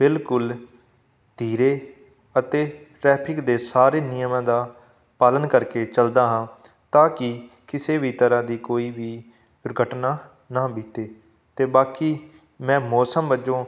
ਬਿਲਕੁਲ ਧੀਰੇ ਅਤੇ ਟ੍ਰੈਫਿਕ ਦੇ ਸਾਰੇ ਨਿਯਮਾਂ ਦਾ ਪਾਲਨ ਕਰਕੇ ਚੱਲਦਾ ਹਾਂ ਤਾਂ ਕਿ ਕਿਸੇ ਵੀ ਤਰ੍ਹਾਂ ਦੀ ਕੋਈ ਵੀ ਦੁਰਘਟਨਾ ਨਾ ਬੀਤੇ ਅਤੇ ਬਾਕੀ ਮੈਂ ਮੌਸਮ ਵਜੋਂ